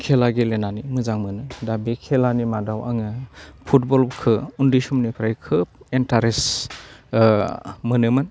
खेला गेलेनानै मोजां मोनो दा बे खेलानि मादाव आङो फुटबलखौ उन्दै समनिफ्राय खोब एन्टारेस्ट मोनोमोन